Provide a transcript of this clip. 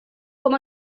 com